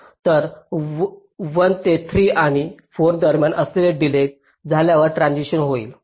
तर 1 ते 3 आणि 4 दरम्यान डिलेज झाल्यावर ट्रान्सिशन्स होईल